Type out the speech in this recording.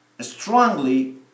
strongly